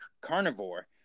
carnivore